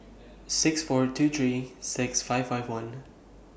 six four two three six five five one